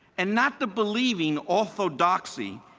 and not the believing, orthodoxy,